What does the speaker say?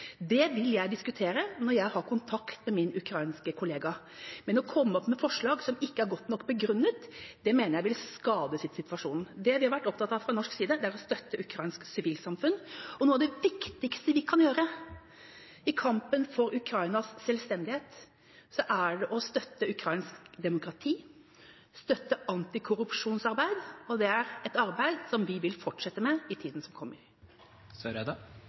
Det vil jeg diskutere når jeg har kontakt med min ukrainske kollega. Men å komme med forslag som ikke er godt nok begrunnet, mener jeg vil skade situasjonen. Det vi har vært opptatt av fra norsk side, er å støtte ukrainsk sivilsamfunn, og noe av det viktigste vi kan gjøre i kampen for Ukrainas selvstendighet, er å støtte ukrainsk demokrati og støtte antikorrupsjonsarbeid. Det er et arbeid vi vil fortsette med i tida som kommer. Ine Eriksen Søreide